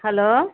hello